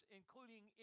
including